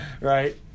Right